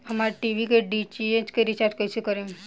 हमार टी.वी के डी.टी.एच के रीचार्ज कईसे करेम?